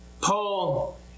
Paul